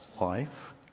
life